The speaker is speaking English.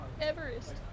Everest